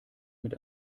mit